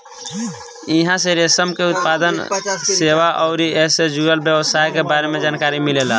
इहां से रेशम के उत्पादन, सेवा अउरी ऐइसे जुड़ल व्यवसाय के बारे में जानकारी मिलेला